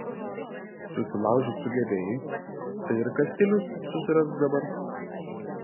susilaužyt sugebėjai tai ir kastilius susirask dabar